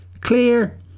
Clear